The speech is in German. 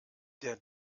der